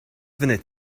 funud